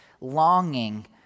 longing